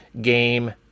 game